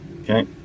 Okay